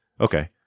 Okay